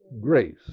grace